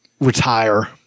Retire